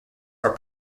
are